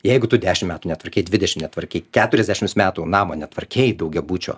jeigu tu dešimt metų netvarkei dvidešimt tvarkei keturiasdešimt metų namą netvarkei daugiabučio